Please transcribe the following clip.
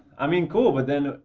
i mean cool but then